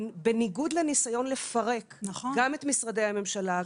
בניגוד לניסיון לפרק גם את משרדי הממשלה,